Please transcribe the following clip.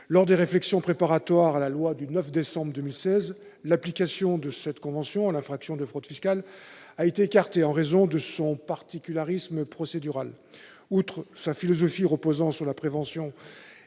Lors des réflexions préparatoires à la loi du 9 décembre 2016, l'application de cette convention à l'infraction de fraude fiscale a été écartée en raison de son particularisme procédural. Outre le fait que sa philosophie repose sur la prévention